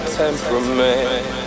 temperament